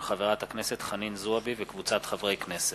מאת חבר הכנסת שי חרמש,